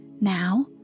Now